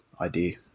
idea